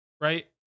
Right